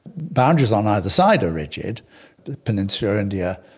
boundaries on either side are rigid, but peninsular india,